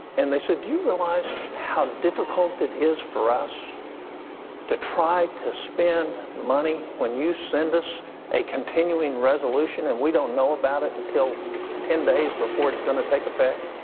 and they said do you realize how difficult it is for us to try to spend money when you send us a continuing resolution and we don't know about it until ten days before it's going to take effect?